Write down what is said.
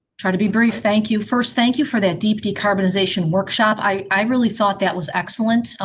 try to be very thank you. first, thank you. for that. deep decarbonization workshop i really thought that was excellent.